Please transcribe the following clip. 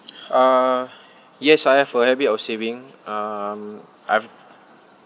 uh yes I have a habit of saving um I've